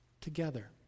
together